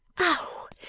oh,